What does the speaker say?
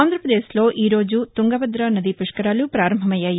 ఆంధ్ర ప్రదేశ్లో ఈరోజు తుంగభద్ర నదీపుష్కరాలు ప్రారంభమయ్యాయి